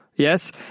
yes